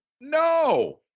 No